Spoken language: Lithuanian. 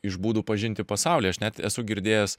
iš būdų pažinti pasaulį aš net esu girdėjęs